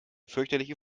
fürchterliche